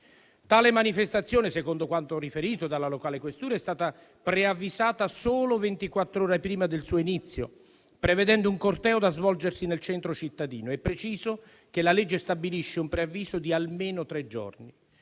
Tale manifestazione, secondo quanto riferito dalla locale questura, è stata preavvisata solo ventiquattro ore prima del suo inizio, prevedendo un corteo da svolgersi nel centro cittadino, e preciso che la legge stabilisce un preavviso di almeno tre giorni.